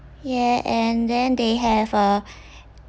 yeah and then they have uh